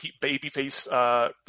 babyface